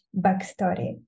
backstory